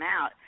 out